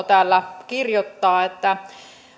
täällä kirjoittaa että